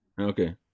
Okay